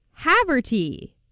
Haverty